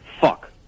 Fuck